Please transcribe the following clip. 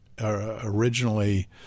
Originally